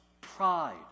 pride